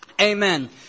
amen